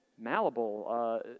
malleable